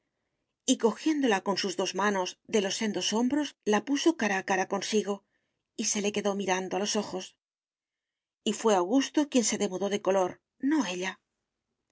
acáy cojiéndola con sus dos manos de los sendos hombros la puso cara a cara consigo y se le quedó mirando a los ojos y fué augusto quien se demudó de color no ella